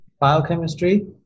biochemistry